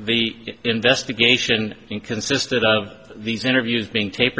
the investigation consisted of these interviews being tape